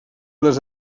les